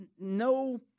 no